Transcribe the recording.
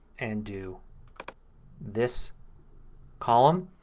and do this column.